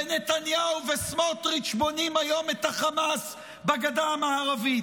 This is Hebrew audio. ונתניהו וסמוטריץ' בונים היום את החמאס בגדה המערבית.